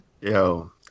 Yo